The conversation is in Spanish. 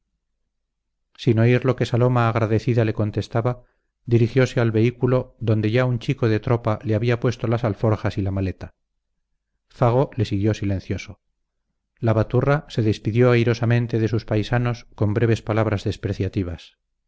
sin oír lo que saloma agradecida le contestaba dirigiose al vehículo donde ya un chico de tropa le había puesto las alforjas y la maleta fago le siguió silencioso la baturra se despidió airosamente de sus paisanos con breves palabras despreciativas